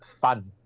fun